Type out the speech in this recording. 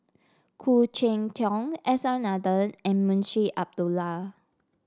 Khoo Cheng Tiong S R Nathan and Munshi Abdullah